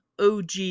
OG